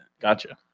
Gotcha